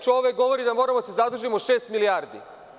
Čovek govori da moramo da se zadužimo šest milijardi.